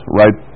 right